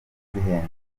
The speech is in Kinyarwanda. zihenze